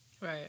Right